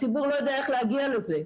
הציבור לא יודע איך להגיע לזה.